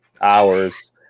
hours